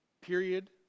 period